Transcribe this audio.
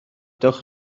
dewch